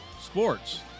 sports